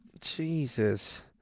Jesus